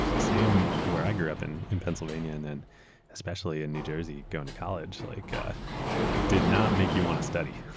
same where i grew up in in pennsylvania and then especially in new jersey going to college, like ah it did not make you want to study.